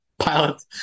pilot